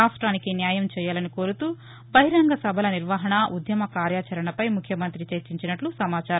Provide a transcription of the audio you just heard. రాష్టానికి న్యాయం చెయ్యాలని కోరుతూ బహిరంగసభల నిర్వహణ ఉద్యమ కార్యాచరణపై ముఖ్యమంత్రి చర్చించినట్ల సమాచారం